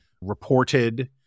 reported